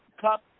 cup